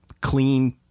clean